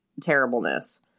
terribleness